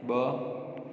ब॒